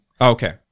Okay